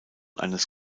eines